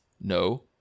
no